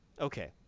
okay